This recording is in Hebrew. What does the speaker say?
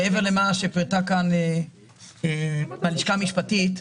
מעבר למה שפירטה כאן מהלשכה המשפטית,